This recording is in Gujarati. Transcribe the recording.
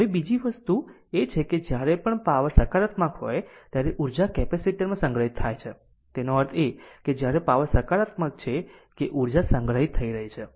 હવે ઉર્જા બીજી વસ્તુ એ છે કે જ્યારે પણ પાવર સકારાત્મક હોય ત્યારે ઊર્જા કેપેસિટર માં સંગ્રહિત કરવામાં આવે છે તેનો અર્થ એ છે કે જ્યારે પાવર સકારાત્મક છે કે ઊર્જા સંગ્રહિત થઈ રહી છે